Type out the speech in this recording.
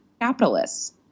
capitalists